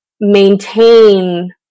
maintain